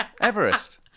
Everest